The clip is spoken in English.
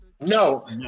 No